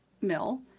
mill